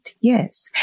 Yes